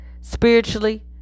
Spiritually